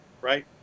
right